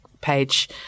page